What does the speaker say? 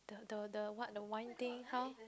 the the what the wine thing how